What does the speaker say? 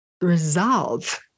resolve